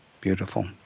Beautiful